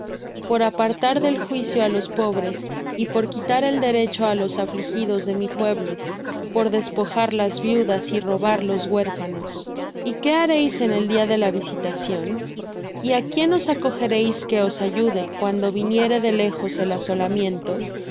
por apartar del juicio á los pobres y por quitar el derecho á los afligidos de mi pueblo por despojar las viudas y robar los huérfanos y qué haréis en el día de la visitación y á quién os acogeréis que os ayude cuando viniere de lejos el asolamiento